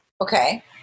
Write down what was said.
Okay